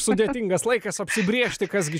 sudėtingas laikas apsibrėžti kas gi